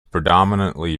predominantly